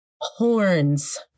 horns